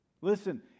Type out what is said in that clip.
Listen